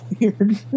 weird